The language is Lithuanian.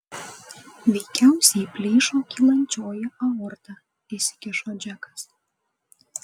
veikiausiai plyšo kylančioji aorta įsikišo džekas